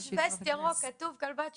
יש וסט ירוק, כתוב "כלבת שירות",